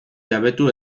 jabetu